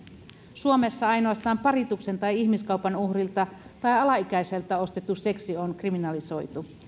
suomessa ainoastaan parituksen tai ihmiskaupan uhrilta tai alaikäiseltä ostettu seksi on kriminalisoitu